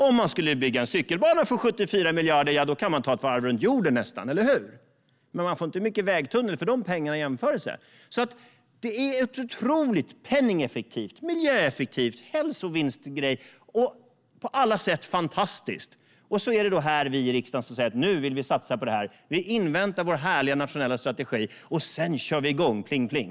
Om man bygger en cykelbana för 74 miljarder kan man ta ett varv runt jorden nästa, eller hur? Man får inte mycket vägtunnel för de pengarna i jämförelse. Det är alltså en otroligt penningeffektiv och miljöeffektiv hälsovinstgrej, på alla sätt fantastiskt. Så är det då vi här i riksdagen som säger att nu vill vi satsa på det här. Vi inväntar vår härliga nationella strategi, och sedan kör vi igång - pling, pling!